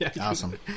Awesome